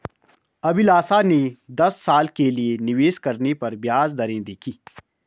अभिलाषा ने दस साल के लिए निवेश करने पर ब्याज दरें देखी